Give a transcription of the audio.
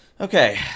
Okay